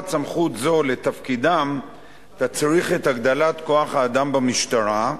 סמכות זו לתפקידה תצריך את הגדלת כוח-האדם במשטרה.